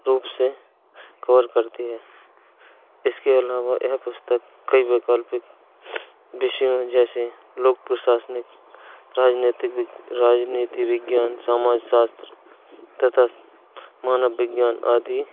रूप से कवर करती है इसके अलावा यह पुस्तक कई वैकल्पिक विषयों जैसे लोक प्रशासनिक राजनैतिक राजनीति विज्ञान समाजसास्त्र तथा मानव विज्ञान आदि